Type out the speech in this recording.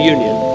Union